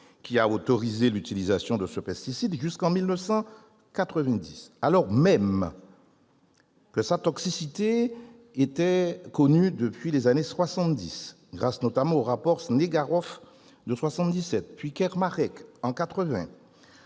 qui a autorisé l'utilisation de ce pesticide jusqu'en 1990, alors même que sa toxicité était connue depuis les années soixante-dix, grâce notamment aux rapports Snegaroff de 1977 et Kermarrec de 1980.